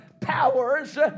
powers